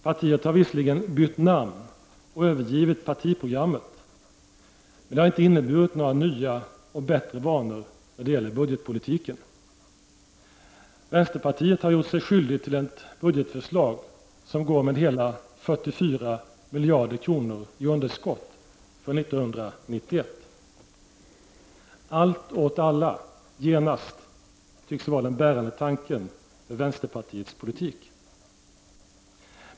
Partiet har visserligen bytt namn och övergivit partiprogrammet, men det har inte inneburit några nya och bättre vanor när det gäller budgetpolitiken. Vänsterpartiet har gjort sig skyldigt till ett budgetförslag som går med hela 44 miljarder kronor i underskott för 1991. Allt åt alla, genast, tycks vara den bärande tanken för vänsterpartiets politik.